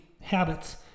habits